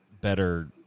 better